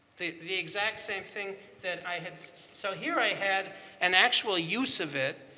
the the exact same thing that i had so here i had an actual use of it.